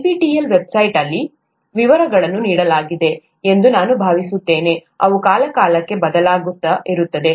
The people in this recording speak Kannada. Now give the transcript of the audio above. NPTEL ವೆಬ್ಸೈಟ್ ಅಲ್ಲಿ ವಿವರಗಳನ್ನು ನೀಡಲಾಗಿದೆ ಎಂದು ನಾನು ಭಾವಿಸುತ್ತೇನೆ ಅವು ಕಾಲಕಾಲಕ್ಕೆ ಬದಲಾಗುತ್ತಲೇ ಇರುತ್ತವೆ